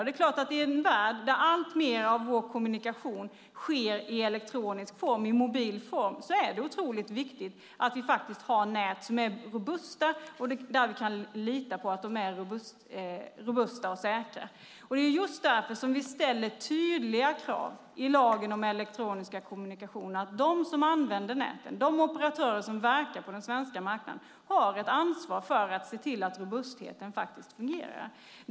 Det är klart att i en värld där alltmer av vår kommunikation sker i elektronisk form och i mobil form är det otroligt viktigt att vi kan lita på att vi faktiskt har nät som är robusta och säkra. Det är just därför som vi ställer tydliga krav i lagen om elektroniska kommunikationer på att de som använder näten, de operatörer som verkar på den svenska marknaden, har ett ansvar för att se till att robustheten faktiskt fungerar.